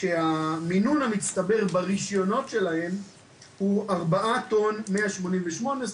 שהמינון המצטבר ברישיונות שלהם הוא ארבעה טון ו- 188 ק"ג,